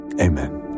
Amen